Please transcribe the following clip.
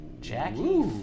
Jackie